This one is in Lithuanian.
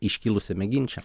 iškilusiame ginče